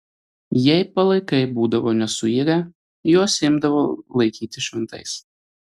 jei palaikai būdavo nesuirę juos imdavo laikyti šventais